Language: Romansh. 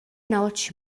notg